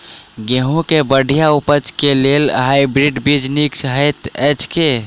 गेंहूँ केँ बढ़िया उपज केँ लेल हाइब्रिड बीज नीक हएत अछि की?